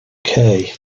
kay